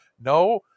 no